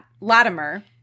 Latimer